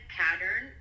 pattern